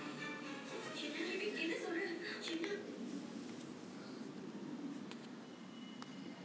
ನಾನು ನನ್ನ ಉತ್ಪನ್ನವಾದ ಗೋಧಿಯನ್ನು ಎಷ್ಟು ಸಮಯದವರೆಗೆ ಮತ್ತು ಹೇಗೆ ಸಂಗ್ರಹಣೆ ಮಾಡಬಹುದು?